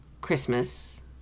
Christmas